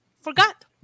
forgot